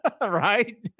right